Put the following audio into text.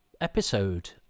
episode